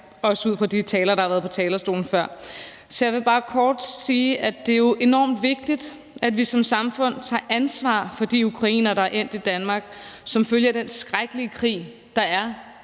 også ud fra de talere, der har været på talerstolen før. Så jeg vil bare kort sige, at det jo er enormt vigtigt, at vi som samfund tager ansvar for de ukrainere, der er endt i Danmark som følge af den skrækkelige krig, der er